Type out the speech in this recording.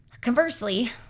Conversely